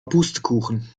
pustekuchen